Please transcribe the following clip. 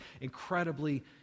incredibly